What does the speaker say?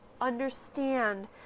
understand